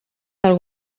del